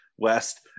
west